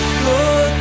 good